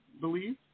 believe